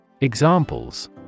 Examples